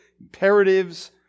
Imperatives